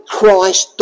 Christ